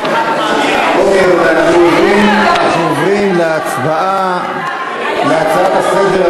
אנחנו עוברים להצבעה על ההצעה.